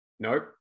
Nope